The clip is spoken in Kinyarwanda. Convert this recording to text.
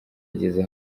yageze